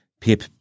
Pip